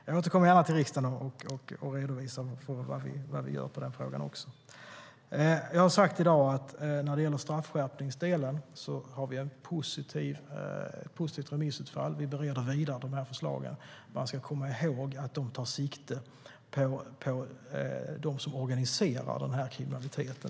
Jag återkommer gärna till riksdagen och redovisar vad vi gör i den delen. Jag har i dag sagt att vi, när det gäller straffskärpningsdelen, har ett positivt remissutfall. Vi bereder förslagen vidare. Vi ska komma ihåg att de tar sikte på dem som organiserar den här kriminaliteten.